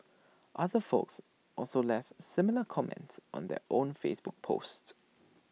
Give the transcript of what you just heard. other folks also left similar comments on their own Facebook post